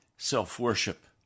Self-worship